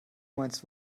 meinst